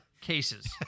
cases